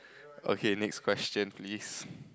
okay next question please